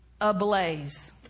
ablaze